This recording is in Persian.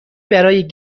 برای